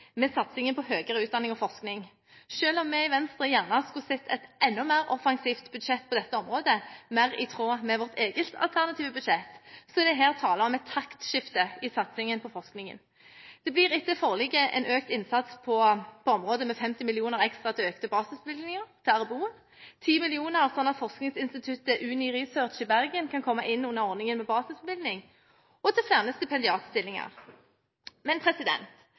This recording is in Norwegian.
med satsingen på høyere utdanning og forskning, selv om vi i Venstre gjerne skulle sett et enda mer offensivt budsjett på dette området, mer i tråd med vårt eget alternative budsjett. Her er det tale om et taktskifte i satsingen på forskningen. Det blir etter forliket en økt innsats på området med 50 mill. kr ekstra til økte basisbevilgninger, til RBO, 10 mill. kr sånn at forskningsinstituttet Uni Research i Bergen kan komme inn under ordningen med basisbevilgning, og til flere stipendiatstillinger. Men